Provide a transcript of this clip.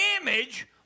image